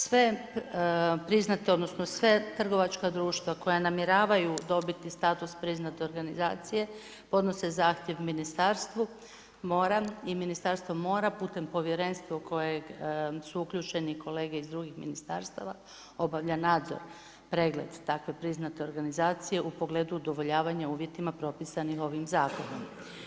Sve priznate, odnosno, sva trgovačka društva koja namjeravaju dobiti status priznate organizacije, podnose zahtjev Ministarstvo mora i Ministarstvo mora putem povjerenstva kojeg su uključeni kolege iz drugih ministarstava obavlja nadzor, pregled, takve priznate organizacije u pogledu udovoljavanja uvjetima propisana ovim zakonom.